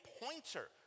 pointer